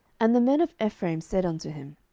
and the men of ephraim said unto him,